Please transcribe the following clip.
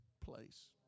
place